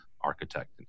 Architect